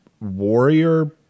warrior